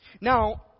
Now